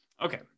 Okay